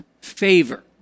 favor